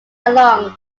along